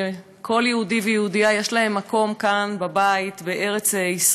שכל יהודי ויהודייה יש להם מקום כאן בבית בארץ-ישראל,